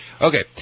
Okay